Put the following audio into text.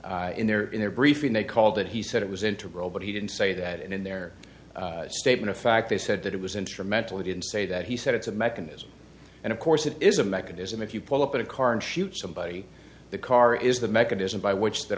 to in their in their briefing they called it he said it was into row but he didn't say that in their statement of fact they said that it was instrumental they didn't say that he said it's a mechanism and of course it is a mechanism if you pull up a car and shoot somebody the car is the mechanism by which that